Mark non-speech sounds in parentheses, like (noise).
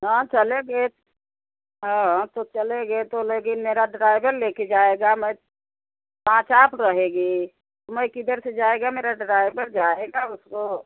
हाँ चलेगे हाँ तो चलेंगे तो लेकिन मेरा ड्राइवर ले कर जाएगा मैं हाँ (unintelligible) रहेगी मैं किधर से जाएगा मेरा ड्राइवर जाएगा उसको